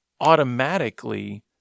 automatically